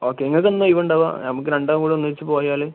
okay നിങ്ങൾക്ക് എന്നാണ് leave ഉണ്ടാവുക നമുക്ക് രണ്ടാൾക്കും കൂടെ ഒന്നിച്ച് പോയാൽ